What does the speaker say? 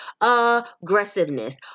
aggressiveness